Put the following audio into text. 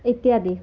ଇତ୍ୟାଦି